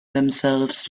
themselves